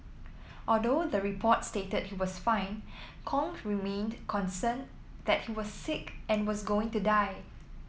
although the report stated he was fine Kong remained concerned that he was sick and was going to die